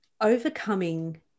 overcoming